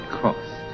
cost